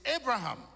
Abraham